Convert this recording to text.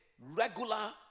regular